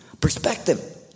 Perspective